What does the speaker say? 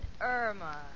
Irma